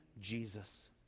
Jesus